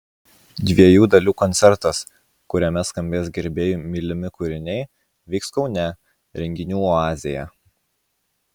dviejų dalių koncertas kuriame skambės gerbėjų mylimi kūriniai vyks kaune renginių oazėje